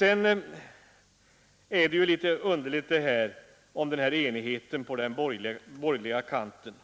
Det är litet förvånande med enigheten på den borgerliga kanten.